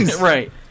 Right